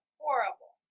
horrible